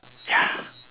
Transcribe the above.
ya